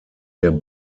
der